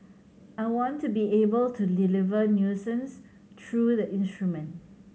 I want to be able to deliver nuances through the instrument